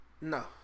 No